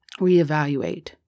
reevaluate